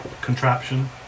contraption